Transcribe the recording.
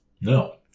No